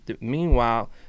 meanwhile